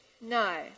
no